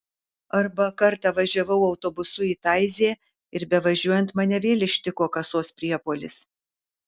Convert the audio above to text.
arba kartą važiavau autobusu į taizė ir bevažiuojant mane vėl ištiko kasos priepuolis